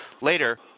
later